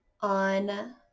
on